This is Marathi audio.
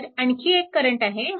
तर आणखी एक करंट आहे